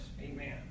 Amen